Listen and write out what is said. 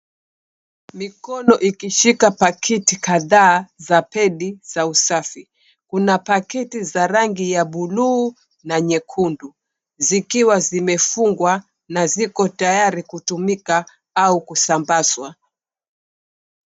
Mikono ikishika pakiti kadhaa za pedi za usafi. Kuna pakiti za rangi ya buluu na nyekundu, zikiwa zimefungwa na ziko tayari kutumika au kusambazwa.